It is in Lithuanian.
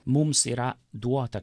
mums yra duota